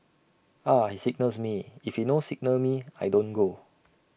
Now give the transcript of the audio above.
Ah He signals me if he no signal me I don't go